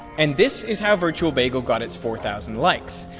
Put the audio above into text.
and this is how virtual bagel got its four thousand likes.